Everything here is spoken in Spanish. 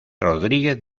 rodríguez